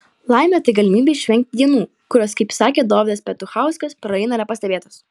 laimė tai galimybė išvengti dienų kurios kaip sakė dovydas petuchauskas praeina nepastebėtos